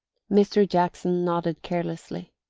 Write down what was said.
mr. jackson nodded carelessly.